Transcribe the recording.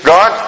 God